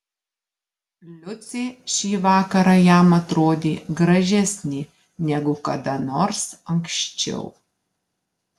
liucė šį vakarą jam atrodė gražesnė negu kada nors anksčiau